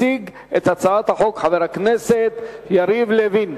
יציג את הצעת החוק חבר הכנסת יריב לוין.